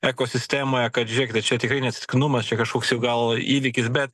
ekosistemoje kad žėkite čia tikrai ne atsiktnumas čia kažkoks jau gal įvykis bet